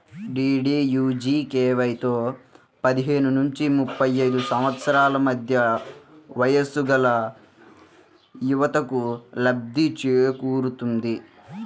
డీడీయూజీకేవైతో పదిహేను నుంచి ముప్పై ఐదు సంవత్సరాల మధ్య వయస్సుగల యువతకు లబ్ధి చేకూరుతుంది